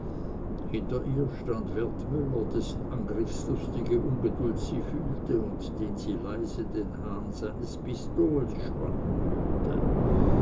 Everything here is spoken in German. hinter ihr stand wertmüller dessen angriffslustige ungeduld sie fühlte und den sie leise den hahn seines pistols spannen hörte